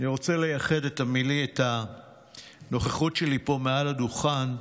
אני רוצה לייחד את הנוכחות שלי פה מעל הדוכן,